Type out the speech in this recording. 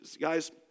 guys